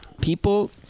people